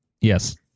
Yes